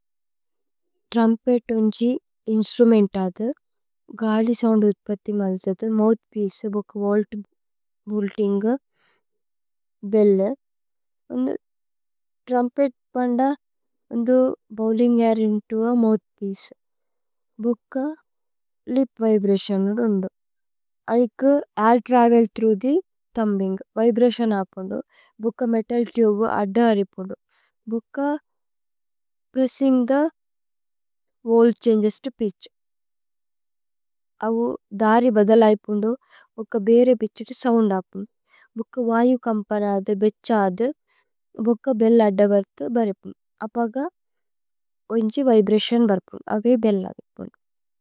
Trumpet ഉന്ജി instrument ആദു ഗാദി സോഉന്ദ്। ഉത്പഥി മല്ജേഥു മോഉഥ്പിഏചേ ബുക്ക വോല്ത്। ബുല്തിന്ഗ ബേല്ലു ഉന്നു ത്രുമ്പേത് പന്ദ ഉന്ദു। Blowing air into a mouthpiece ഭുക്ക ലിപ്। വിബ്രതിഓന് ഉന്ദു ഐകു air travel. Through the tubing vibration ആപുന്ദു। ഭുക്ക മേതല് തുബേ അദ്ദ ഹരിപുദു ഭുക്ക। Pressing the valve changes to pitch. അവു ദാരി ബദല് ഐപുന്ദു ഭുക്ക ബേരേ। ബിഛിതു സോഉന്ദ് ആപുന്ദു ഭുക്ക വയു കമ്പര്। ആദു ബേഛ ആദു ഭുക്ക ബേല്ല് അദ്ദ। വര്ഥു ബരിപുന്ദു അപഗ ഉന്ജി വിബ്രതിഓന്। വര്പുന്ദു। അവേ ബേല്ല് ആദുപുന്ദു।